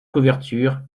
couverture